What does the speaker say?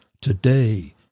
today